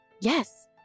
yes